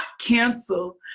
cancel